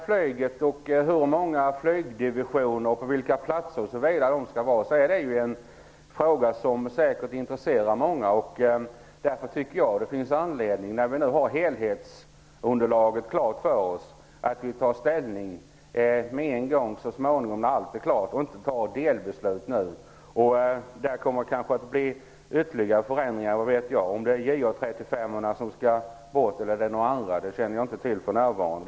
Frågan om hur många flygdivisioner vi skall ha och på vilka platser de skall finnas intresserar säkert många. Därför tycker jag att det finns anledning att ta ställning med en gång när helhetsunderlaget är klart i stället för att fatta ett delbeslut nu. Det kommer kanske att bli ytterligare förändringar. Vad vet jag? Jag känner för närvarande inte till om det är JA 35:orna eller något annat som skall bort.